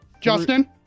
Justin